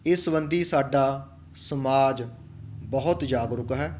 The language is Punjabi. ਇਸ ਸੰਬੰਧੀ ਸਾਡਾ ਸਮਾਜ ਬਹੁਤ ਜਾਗਰੂਕ ਹੈ